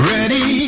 Ready